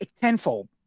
Tenfold